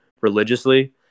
religiously